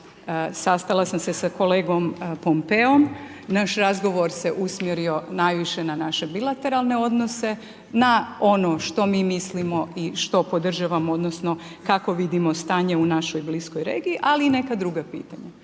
Sastala sam se sa kolegom Pompeom, naš razgovor se usmjerio najviše na naše bilateralne odnose, na ono što mi mislimo i što podržavamo odnosno kako vidimo stanje u našoj bliskoj regiji ali i neka druga pitanja.